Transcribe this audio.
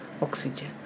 oxygen